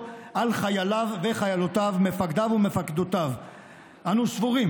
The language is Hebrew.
חייל עיראקי נלחם נגד האיום האיראני.